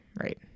right